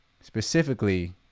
Specifically